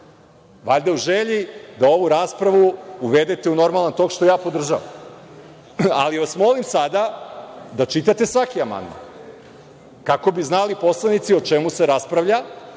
valjda u želji da ovu raspravu uvedete u normalan tok, što ja podržavam. Molim vas da sada čitate svaki amandman kako bi znali poslanici o čemu se raspravlja